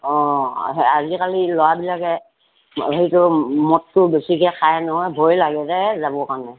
অ সেই আজিকালি ল'ৰাবিলাকে মদটো বেছিকৈ খায় নহয় ভয়ে লাগে যে যাবৰ কাৰণে